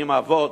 40 אבות,